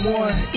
one